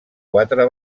quatre